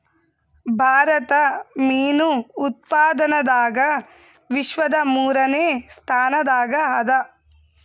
ಭಾರತ ಮೀನು ಉತ್ಪಾದನದಾಗ ವಿಶ್ವದ ಮೂರನೇ ಸ್ಥಾನದಾಗ ಅದ